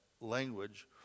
language